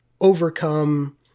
overcome